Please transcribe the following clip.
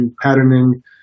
patterning